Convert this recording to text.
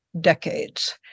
decades